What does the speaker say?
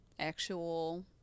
Actual